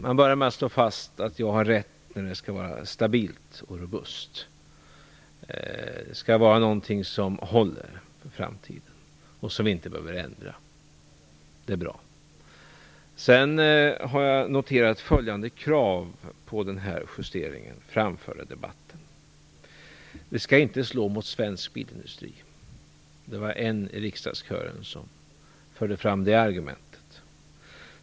Man börjar med att slå fast att jag har rätt i att det skall vara stabilt och robust, det skall vara något som håller för framtiden och som vi inte behöver ändra. Det är bra. Sedan har jag noterat följande krav på den här justeringen, framförda i debatten. Det skall inte slå mot svensk bilindustri. Det var en ledamot i riksdagskören som förde fram det argumentet.